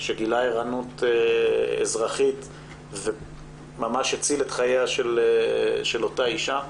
שגילה ערנות אזרחית וממש הציל את חייה של אותה אישה.